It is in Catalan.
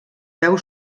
veu